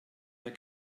der